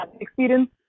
experience